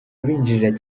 binjirira